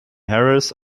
harris